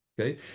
Okay